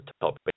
top